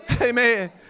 Amen